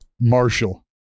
Marshall